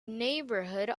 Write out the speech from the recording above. neighborhood